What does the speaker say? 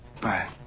Bye